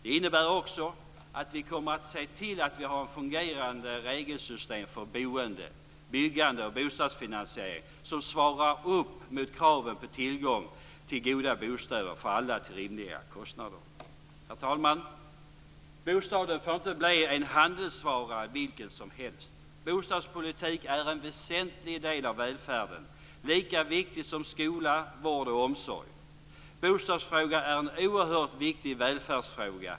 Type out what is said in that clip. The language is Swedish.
Det innebär också att vi kommer att se till att vi har ett fungerande regelsystem för boende, byggande och bostadsfinansiering som svarar upp mot kraven på tillgång till goda bostäder för alla till rimliga kostnader. Herr talman! Bostaden får inte bli en handelsvara vilken som helst. Bostadspolitiken är en väsentlig del av välfärden, lika viktig som skola, vård och omsorg! Bostadsfrågan är en oerhört viktig välfärdsfråga.